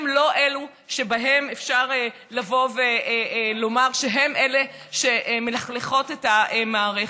לא עליהן אפשר לבוא ולומר שהן שמלכלכות את המערכת.